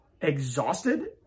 exhausted